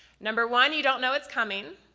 number one you don't know it's coming,